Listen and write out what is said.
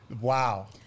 Wow